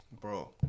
Bro